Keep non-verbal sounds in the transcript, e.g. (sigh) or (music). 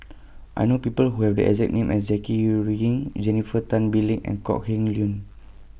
(noise) I know People Who Have The exact name as Jackie Ru Ying Jennifer Tan Bee Leng and Kok Heng Leun